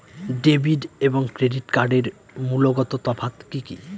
Debit এবং credit কার্ডের মূলগত তফাত কি কী?